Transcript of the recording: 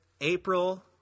April